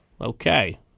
okay